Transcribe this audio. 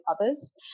others